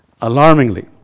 Alarmingly